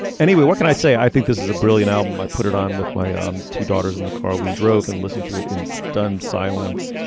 anyway what can i say. i think this is a brilliant album i put it on with my um two daughters in the car we drove and listened to it in stunned silence.